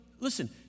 listen